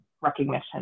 recognition